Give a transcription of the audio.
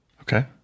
okay